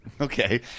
okay